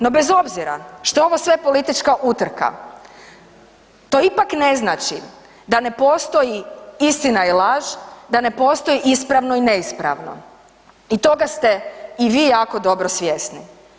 No bez obzira što je ovo sve politička utrka, to ipak ne znači da ne postoji istina i laž, da ne postoji ispravno i neispravno i toga ste i vi jako dobro svjesni.